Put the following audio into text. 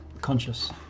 conscious